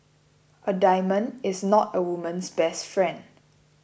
a diamond is not a woman's best friend